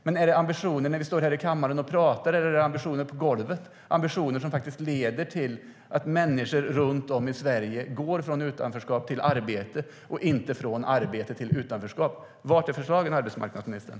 Men är det ambitioner att stå här i kammaren och tala, eller är det ambitioner på golvet, ambitioner som faktiskt leder till att människor runt om i Sverige går från utanförskap till arbete och inte från arbete till utanförskap? Var är förslagen, arbetsmarknadsministern?